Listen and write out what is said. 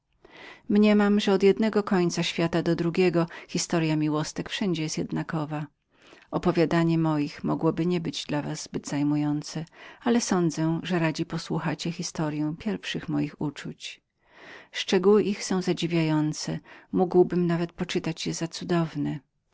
słodycz mniemam że od jednego końca świata do drugiego historya miłostek wszędzie jest jednakową opowiadanie moich mogłoby nie być dla was zbyt zajmującem ale sądzę że radzi posłuchacie historyi pierwszych moich uczuć szczegóły ich są zadziwiające mogłbym nawet poczytać je za cudowne